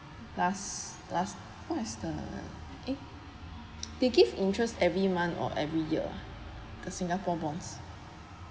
last last what is the eh they give interest every month or every year ah the singapore bonds